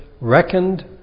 reckoned